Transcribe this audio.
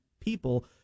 people